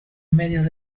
medios